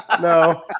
no